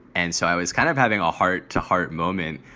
and so i was kind of having a heart to heart moment.